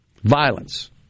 violence